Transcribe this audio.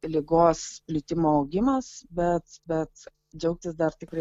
ligos plitimo augimas bet bet džiaugtis dar tikrai